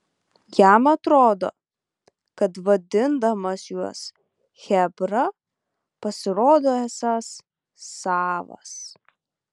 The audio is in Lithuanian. jam atrodo kad vadindamas juos chebra pasirodo esąs savas